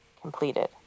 completed